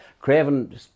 Craven